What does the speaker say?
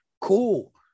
cool